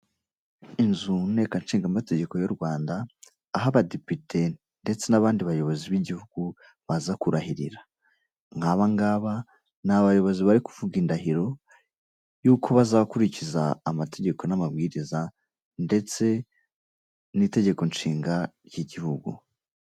Inzu ntekanshingamategeko y'u Rwanda aho abadepite ndetse n'abandi bayobozi b'igihugu baza kurahirira. Nkabangaba ni abayobozi bari kuvuga indahiro yuko bazakurikiza amategeko n'amabwiriza ndetse n'itegekonshinga ry'igihugu.